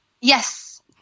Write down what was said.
Yes